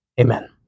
Amen